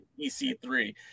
EC3